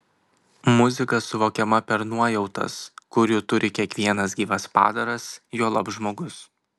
muzika suvokiama per nuojautas kurių turi kiekvienas gyvas padaras juolab žmogus